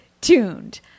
tuned